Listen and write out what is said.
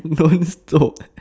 non stop